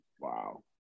Wow